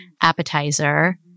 appetizer